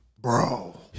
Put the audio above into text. Bro